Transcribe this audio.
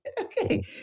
Okay